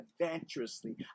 adventurously